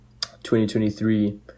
2023